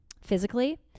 physically